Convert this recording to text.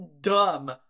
dumb